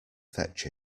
fetch